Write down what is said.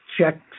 checks